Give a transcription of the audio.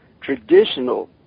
traditional